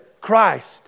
Christ